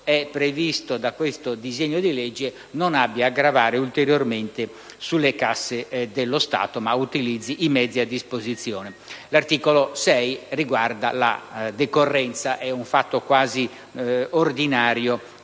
L'articolo 6 riguarda la decorrenza - è un fatto quasi ordinario